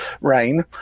Rain